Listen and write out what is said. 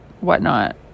whatnot